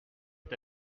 est